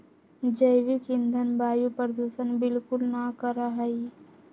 जैविक ईंधन वायु प्रदूषण बिलकुल ना करा हई